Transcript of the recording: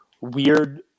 weird